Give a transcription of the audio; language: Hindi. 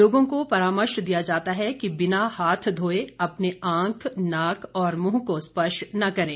लोगों को परामर्श दिया जाता है कि बिना हाथ धोये अपने आंख नाक और मुंह को स्पर्श न करें